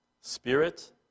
Spirit